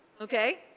Okay